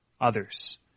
others